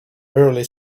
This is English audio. early